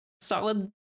solid